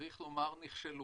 צריך לומר, נכשלו.